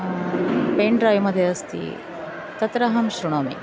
pen drive मध्ये अस्ति तत्र अहं शृणोमि